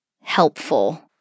helpful